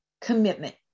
commitment